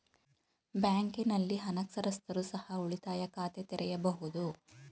ಬ್ಯಾಂಕಿನಲ್ಲಿ ಅನಕ್ಷರಸ್ಥರು ಸಹ ಉಳಿತಾಯ ಖಾತೆ ತೆರೆಯಬಹುದು?